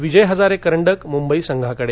विजय हजारे करंडक मुंबई संघाकडे